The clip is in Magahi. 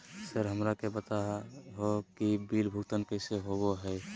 सर हमरा के बता हो कि बिल भुगतान कैसे होबो है?